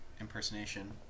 impersonation